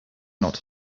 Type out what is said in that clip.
not